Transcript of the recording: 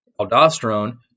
Aldosterone